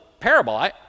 parable